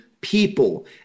people